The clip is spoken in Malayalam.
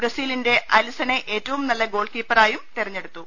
ബ്രസീലിന്റെ അലിസണെ ഏറ്റവും നല്ല ഗോൾ കീപ്പറായും തെരഞ്ഞെടുത്തു